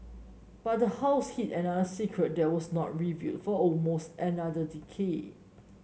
but the house hid another secret that was not revealed for almost another decade